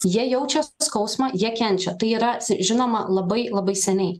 jie jaučia skausmą jie kenčia tai yra žinoma labai labai seniai